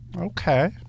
Okay